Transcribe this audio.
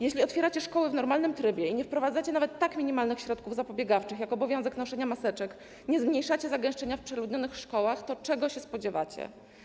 Jeśli otwieracie szkoły w normalnym trybie i nie wprowadzacie nawet tak minimalnych środków zapobiegawczych jak obowiązek noszenia maseczek, nie zmniejszacie zagęszczenia w przeludnionych szkołach, to czego się spodziewacie?